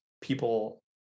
people